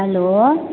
hello